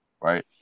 right